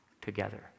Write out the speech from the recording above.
together